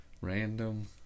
random